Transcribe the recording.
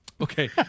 Okay